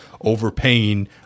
overpaying